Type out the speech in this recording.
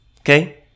Okay